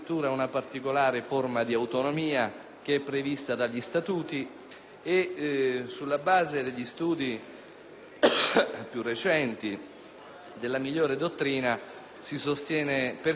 Sulla base degli studi più recenti e della migliore dottrina si sostiene persino che nell'esercizio dell'autonomia degli enti locali, che è stata